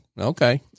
Okay